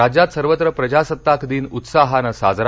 राज्यात सर्वत्र प्रजासत्ताकदिन उत्साहानं साजरा